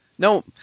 No